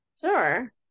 Sure